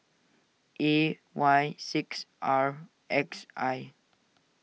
A Y six R X I